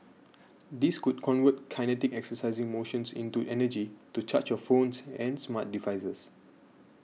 these could convert kinetic exercising motions into energy to charge your phones and smart devices